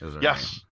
Yes